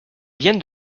viennent